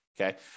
Okay